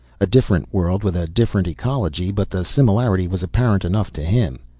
a different world with a different ecology, but the similarity was apparent enough to him.